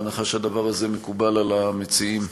בהנחה שהדבר הזה מקובל על המציעים.